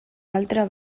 altre